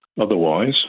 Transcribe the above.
otherwise